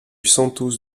santos